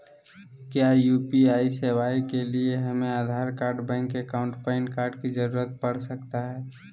क्या यू.पी.आई सेवाएं के लिए हमें Aadhaar card bank account PAN card की जरूरत पड़ सकता है?